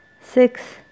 six